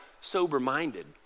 sober-minded